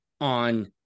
on